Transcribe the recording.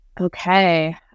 Okay